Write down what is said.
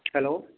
hello